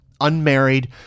unmarried